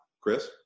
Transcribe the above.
Chris